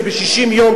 שב-60 יום,